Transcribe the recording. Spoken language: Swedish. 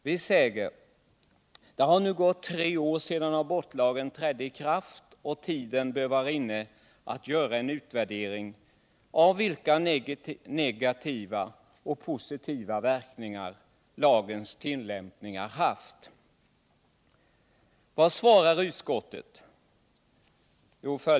Vi säger att det nu har gått tre år sedan abortlagen trädde i kraft och att tiden bör vara inne att göra en utvärdering av vilka negativa och positiva verkningar lagens tillämpningar haft. Vad svarar utskottet?